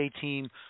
team